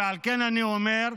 על כן אני אומר,